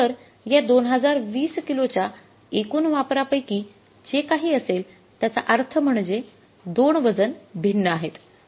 तर या २०२० किलोच्या एकूण वापरापैकी जे काही असेल त्याचा अर्थ म्हणजे दोन वजन भिन्न आहेत